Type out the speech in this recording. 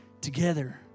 together